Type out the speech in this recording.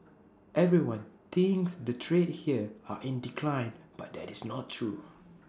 everyone thinks the trade here are in decline but that is not true